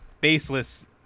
baseless